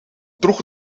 droeg